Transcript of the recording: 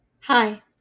Hi